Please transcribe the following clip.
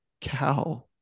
cow